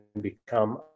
become